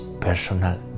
personal